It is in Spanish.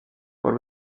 por